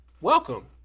welcome